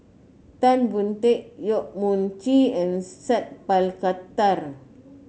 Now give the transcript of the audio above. Tan Boon Teik Yong Mun Chee and Sat Pal Khattar